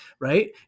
right